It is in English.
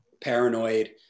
paranoid